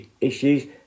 issues